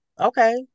Okay